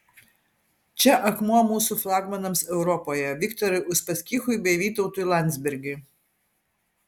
čia akmuo mūsų flagmanams europoje viktorui uspaskichui bei vytautui landsbergiui